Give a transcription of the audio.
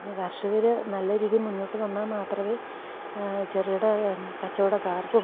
കർഷകർ നല്ല രീതിയിൽ മുന്നോട്ടു വന്നാൽ മാത്രമേ ചെറുകിട കച്ചവടക്കാർക്കും